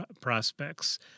prospects